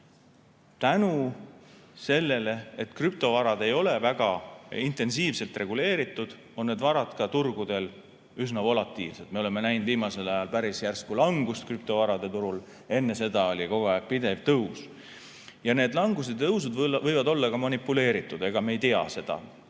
Tänu sellele, et krüptovarad ei ole väga intensiivselt reguleeritud, on need varad turgudel üsna volatiilsed. Me oleme näinud viimasel ajal päris järsku langust krüptovarade turul, enne seda oli kogu aeg pidev tõus. Need langused ja tõusud võivad olla ka manipuleeritud, ega me ei tea seda.